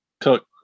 cook